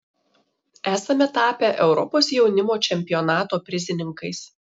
esame tapę europos jaunimo čempionato prizininkais